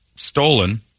Stolen